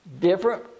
different